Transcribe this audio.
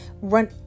run